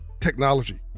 technology